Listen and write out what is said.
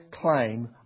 claim